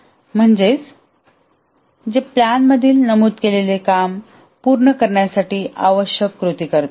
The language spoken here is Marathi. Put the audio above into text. नंतर अंमलबजावणीचे काम करतात म्हणजेच जे प्लॅन मधील नमूद केलेले काम पूर्ण करण्यासाठी आवश्यक कृती करतात